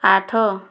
ଆଠ